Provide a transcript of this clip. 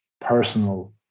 personal